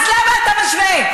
אז למה אתה משווה?